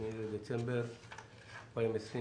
היום ה-8 בדצמבר 2020,